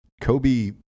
Kobe